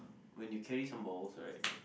when you carry some balls right